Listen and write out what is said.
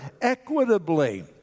equitably